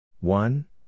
One